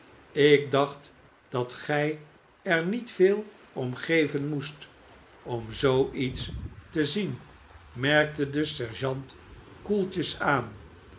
ik dacht dat gij er niet veel om geven moest om zoo iets te zien merkte de sergeant koeltjes aan